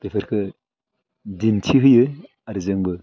बेफोरखो दिन्थिहोयो आरो जोंबो